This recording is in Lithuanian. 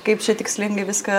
kaip čia tikslingai viską